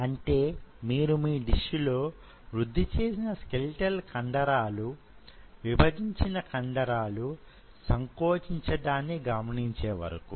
అంటే మీరు మీ డిష్ లో వృద్ధి చేసిన స్కెలిటల్ కండరాలు విభజించిన కండరాలు సంకోచించడాన్ని గమనించే వరకు